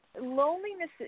Loneliness –